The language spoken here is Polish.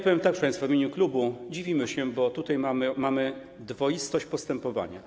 Powiem tak, proszę państwa, w imieniu klubu: dziwimy się, bo tutaj mamy dwoistość postępowania.